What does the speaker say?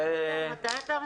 הוועדה.